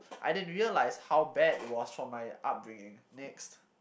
I didn't realise how bad it was for my upbringing next